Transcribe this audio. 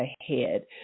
ahead